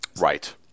right